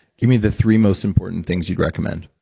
give me the three most important things you'd recommend.